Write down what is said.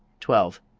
twelve.